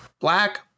black